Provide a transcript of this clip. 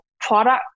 product